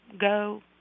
go